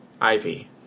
Ivy